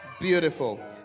Beautiful